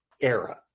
era